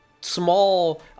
Small